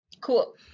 Cool